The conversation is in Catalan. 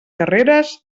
carreres